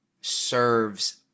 serves